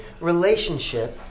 relationship